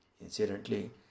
Incidentally